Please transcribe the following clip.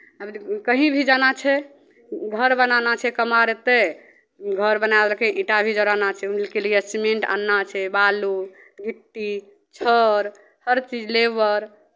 हमे तऽ कहीँ भी जाना छै घर बनाना छै कमार अयतै घर बना देलकै ईँटा भी जोड़ाना छै उनके लिए सीमेन्ट आनना छै बालू गिट्टी छड़ हरचीज लेबर